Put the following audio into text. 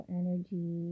energy